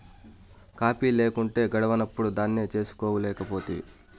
coffee లేకుంటే గడవనప్పుడు దాన్నే చేసుకోలేకపోతివి